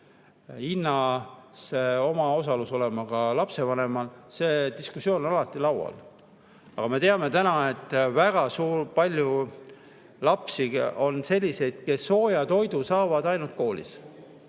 maksmisel omaosalus olema ka lapsevanemal? See diskussioon on alati laual. Me teame täna, et väga palju lapsi on selliseid, kes sooja toitu saavad ainult koolis.